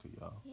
y'all